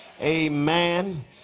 Amen